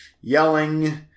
yelling